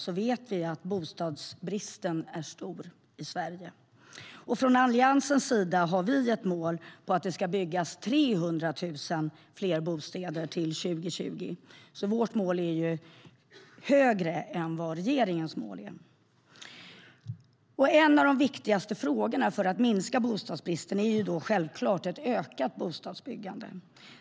Vi vet att bostadsbristen är stor i Sverige. Från Alliansens sida har vi ett mål om att det ska byggas 300 000 fler bostäder till 2020. Vårt mål är alltså högre ställt än regeringens. En av de viktigaste frågorna för att minska bostadsbristen är självklart ett ökat bostadsbyggande.